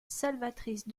salvatrice